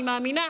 אני מאמינה,